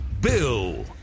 Bill